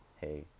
hey